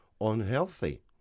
unhealthy